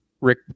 Rick